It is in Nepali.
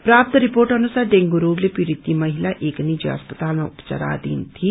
प्राप्त रिपोर्ट अनुसार डेगू रोगले पीड़ित ती महिसा एक निजी अस्पतालमा उपाचाराषीन थिए